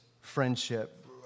friendship